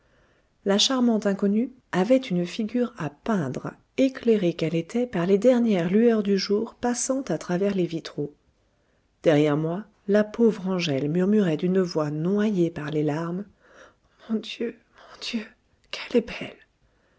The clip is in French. la charmante inconnue avait une figure à peindre éclairée qu'elle était par les dernières lueurs du jour passant à travers les vitraux derrière moi la pauvre angèle murmurait d'une voix noyée par les larmes mon dieu mon'dieu qu'elle est belle